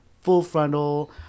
full-frontal